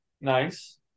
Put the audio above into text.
Nice